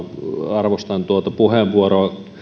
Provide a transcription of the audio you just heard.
arvostan tuota puheenvuoroa